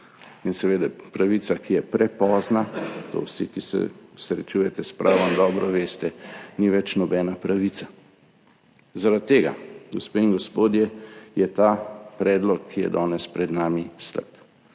In seveda pravica, ki je prepozna, to vsi, ki se srečujete s pravom, dobro veste, ni več nobena pravica. Zaradi tega, gospe in gospodje, je ta predlog, ki je danes pred nami, slab.